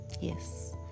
yes